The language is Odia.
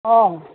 ହଁ